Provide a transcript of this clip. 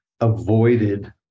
avoided